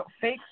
fake